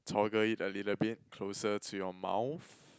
toggle it a little bit closer to your mouth